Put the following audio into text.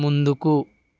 ముందుకు